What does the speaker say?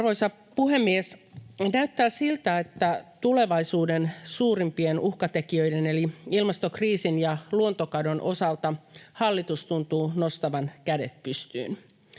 Arvoisa puhemies! Näyttää siltä, että tulevaisuuden suurimpien uhkatekijöiden eli ilmastokriisin ja luontokadon osalta hallitus tuntuu nostavan kädet pystyyn.